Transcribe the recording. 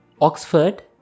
Oxford